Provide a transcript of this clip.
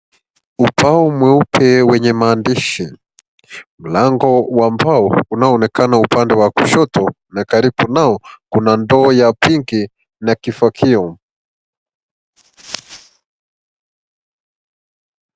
Ubao mweupe wenye maandishi, lango wa mbao unaoonekana upande wa kushoto na karibu nao kuna ndoo ya pinki na kifagio.